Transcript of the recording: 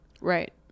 Right